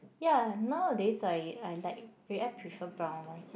ya nowadays I I like I prefer brown rice